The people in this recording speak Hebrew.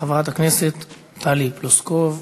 חברת הכנסת טלי פלוסקוב,